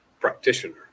practitioner